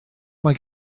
mae